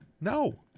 No